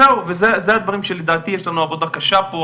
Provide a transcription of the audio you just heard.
ואלה הדברים שלדעתי יש לנו עבודה קשה פה,